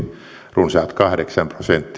runsaat kahdeksan prosenttia valtiohan